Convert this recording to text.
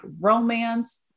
romance